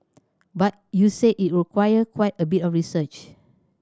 but you said it require quite a bit of research